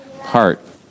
heart